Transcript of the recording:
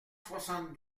soixante